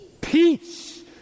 Peace